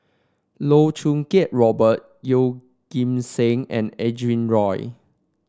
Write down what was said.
Loh Choo Kiat Robert Yeoh Ghim Seng and Adrin Loi